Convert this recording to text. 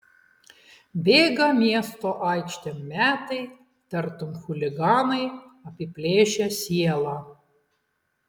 bėga miesto aikštėm metai tartum chuliganai apiplėšę sielą